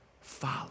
follow